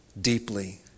deeply